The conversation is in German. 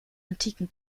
antiken